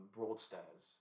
Broadstairs